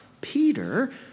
Peter